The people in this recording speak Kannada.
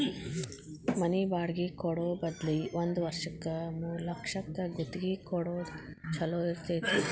ಮನಿ ಬಾಡ್ಗಿ ಕೊಡೊ ಬದ್ಲಿ ಒಂದ್ ವರ್ಷಕ್ಕ ಮೂರ್ಲಕ್ಷಕ್ಕ ಗುತ್ತಿಗಿ ಕೊಡೊದ್ ಛೊಲೊ ಇರ್ತೆತಿ